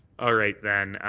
all right, then.